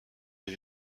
est